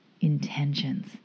intentions